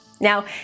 Now